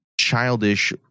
childish